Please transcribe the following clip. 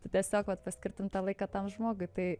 tai tiesiog vat paskirtum tą laiką tam žmogui tai